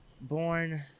born